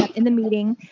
in the meeting,